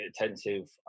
intensive